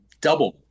double